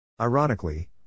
Ironically